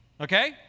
Okay